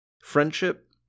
Friendship